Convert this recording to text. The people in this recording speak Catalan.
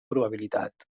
probabilitat